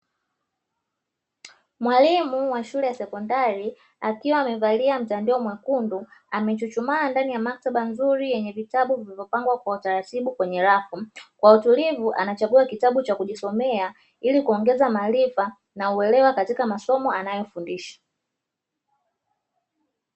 Mwalimu wa shule ya sekondari akiwa amevalia mtandio mwekundu amesimama ndani ya maktaba nzuri yenye vitabu vilivyopangwa kwa utaratibu kwenye rafu, kwa utulivu anachagua kitabu cha kujisomea ili kuongeza maarifa na uelewa katika masomo anayofundisha.